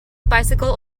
bicycle